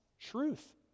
truth